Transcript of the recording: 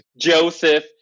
Joseph